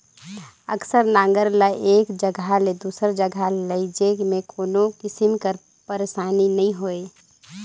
अकरस नांगर ल एक जगहा ले दूसर जगहा लेइजे मे कोनो किसिम कर पइरसानी नी होए